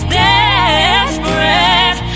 desperate